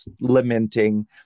lamenting